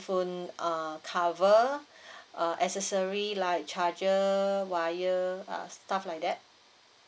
phone uh cover uh accessory like charger wire uh stuff like that